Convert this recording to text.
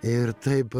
ir taip